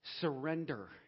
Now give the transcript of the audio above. surrender